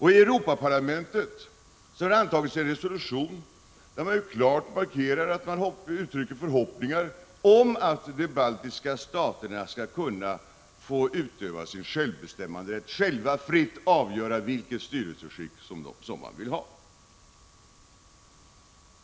I Europaparlamentet har antagits en resolution, i vilken man klart uttrycker förhoppningar om att de baltiska staterna skall kunna få utöva sin självbestämmanderätt och själva fritt avgöra vilket styrelseskick de vill ha.